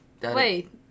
Wait